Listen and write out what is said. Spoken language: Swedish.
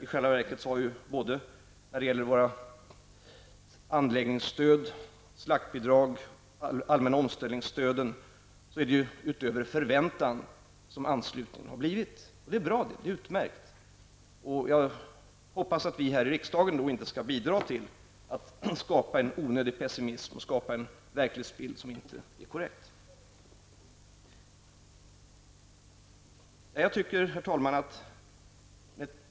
I själva verket har anslutningen när det gäller våra anläggningsstöd, slaktbidrag och allmänna omställningsstöd varit över förväntan. Det är utmärkt. Och jag hoppas att vi här i riksdagen inte skall bidra till att skapa en onödig pessimism och en verklighetsbild som inte är korrekt. Herr talman!